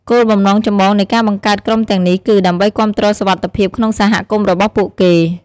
គោលបំណងចម្បងនៃការបង្កើតក្រុមទាំងនេះគឺ ដើម្បីគាំទ្រសុវត្ថិភាពក្នុងសហគមន៍របស់ពួកគេ។